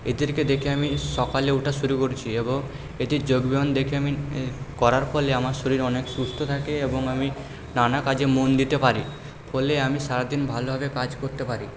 এদেরকে দেখে আমি সকালে ওঠা শুরু করছি এবং এদের যোগব্যায়াম দেখে আমি করার ফলে আমার শরীর অনেক সুস্থ থাকে এবং আমি নানা কাজে মন দিতে পারি ফলে আমি সারা দিন ভালোভাবে কাজ করতে পারি